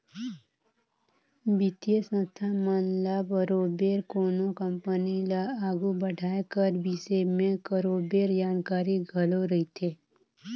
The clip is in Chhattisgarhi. बित्तीय संस्था मन ल बरोबेर कोनो कंपनी ल आघु बढ़ाए कर बिसे में बरोबेर जानकारी घलो रहथे